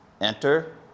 Enter